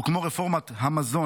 וכמו רפורמת המזון,